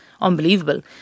unbelievable